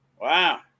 Wow